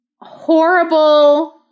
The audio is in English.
horrible